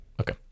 Okay